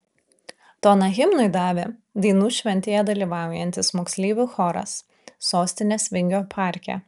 toną himnui davė dainų šventėje dalyvaujantis moksleivių choras sostinės vingio parke